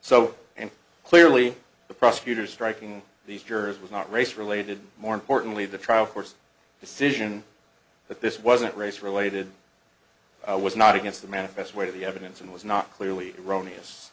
and clearly the prosecutors striking these jurors was not race related more importantly the trial court's decision that this wasn't race related was not against the manifest weight of the evidence and was not clearly erroneous